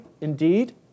indeed